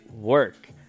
work